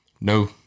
no